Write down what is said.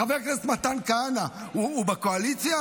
חבר הכנסת מתן כהנא הוא בקואליציה?